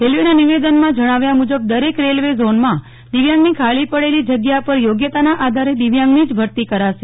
રેલવેના નિવેદનમાં જણાવ્યા મુજબ દરેક રેલવે ઝોનમાં દિવ્યાંગની ખાલી પડેલી જગ્યા પર યોગ્યતાના આધારે દિવ્યાંગની જ ભરતી કરાશે